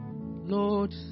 Lord